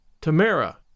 Tamara